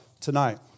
tonight